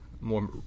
more